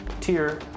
Tier